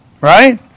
Right